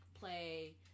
play